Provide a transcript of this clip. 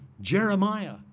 Jeremiah